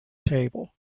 table